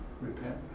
repent